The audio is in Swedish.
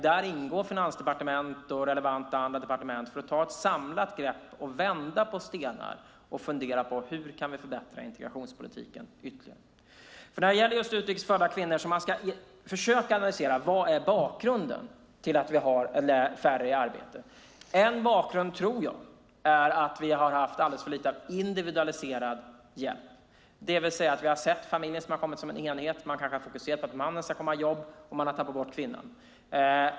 Där ingår Finansdepartementet och relevanta andra departement för att ta ett samlat grepp och vända på stenar och fundera på: Hur kan vi förbättra integrationspolitiken ytterligare? När det gäller just utrikes födda kvinnor ska man försöka analysera: Vad är bakgrunden till att vi har färre kvinnor i arbete? En bakgrund tror jag är att vi har haft alldeles för lite av individualiserad hjälp. Vi har sett familjer som har kommit som en enhet. Man kanske har fokuserat på att mannen ska komma i jobb, och man har tappat bort kvinnan.